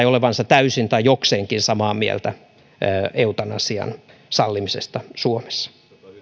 olevansa täysin tai jokseenkin samaa mieltä eutanasian sallimisesta suomessa